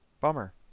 Bummer